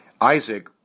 Isaac